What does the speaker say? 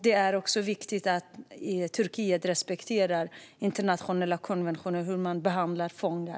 Det är viktigt att Turkiet respekterar internationella konventioner om hur man behandlar fångar.